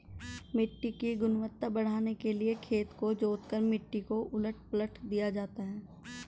मिट्टी की गुणवत्ता बढ़ाने के लिए खेत को जोतकर मिट्टी को उलट पलट दिया जाता है